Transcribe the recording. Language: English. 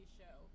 show